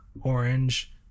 orange